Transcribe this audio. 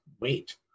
wait